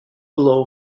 below